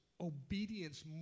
obedience